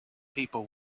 people